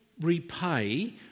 repay